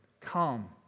come